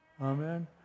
Amen